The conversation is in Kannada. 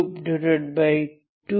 4x2 C02